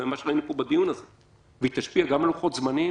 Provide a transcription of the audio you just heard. גם ממה שראינו פה בדיון הזה והיא תשפיע גם על לוחות זמנים,